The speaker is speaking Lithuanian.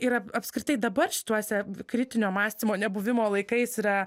ir ap apskritai dabar šituose kritinio mąstymo nebuvimo laikais yra